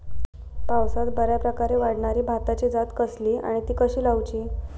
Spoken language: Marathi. पावसात बऱ्याप्रकारे वाढणारी भाताची जात कसली आणि ती कशी लाऊची?